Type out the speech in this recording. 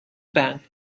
bank